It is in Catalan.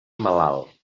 malalt